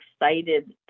excited